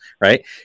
right